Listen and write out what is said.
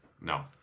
No